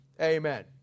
Amen